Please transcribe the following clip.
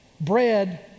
bread